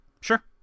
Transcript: Sure